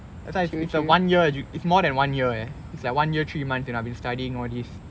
that's why I say it's a one year edu~ it's more than one year eh it's like one year three months you know I've been studying all these